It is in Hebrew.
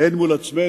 הן מול עצמנו